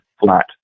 flat